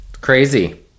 Crazy